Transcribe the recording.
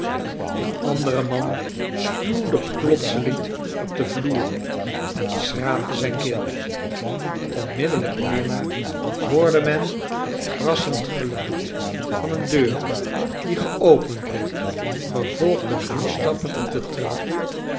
de andere man spuwde plotseling op den vloer en schraapte zijn keel onmiddellijk daarna hoorde men het krassend geluid van een deur die geopend werd gevolgd door voetstappen op de trap